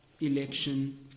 election